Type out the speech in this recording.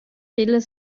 tilla